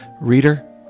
Reader